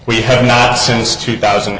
we have not since two thousand